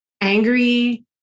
angry